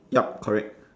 yup correct